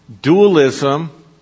dualism